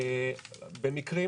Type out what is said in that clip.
במקרים,